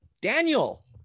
Daniel